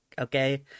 okay